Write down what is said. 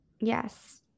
Yes